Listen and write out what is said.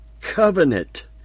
covenant